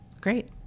great